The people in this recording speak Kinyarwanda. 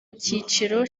cyiciro